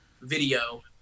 video